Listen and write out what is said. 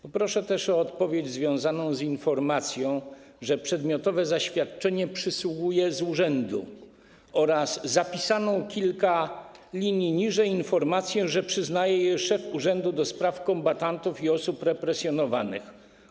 Proszę też o odniesienie się do informacji, że przedmiotowe zaświadczenie przysługuje z urzędu oraz zapisanej kilka linii niżej informacji, że przyznaje je szef Urzędu do Spraw Kombatantów i Osób Represjonowanych.